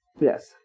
yes